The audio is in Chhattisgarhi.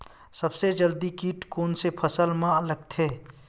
सबले जल्दी कीट कोन से फसल मा लगथे?